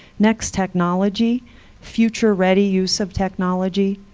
next, technology future-ready use of technology.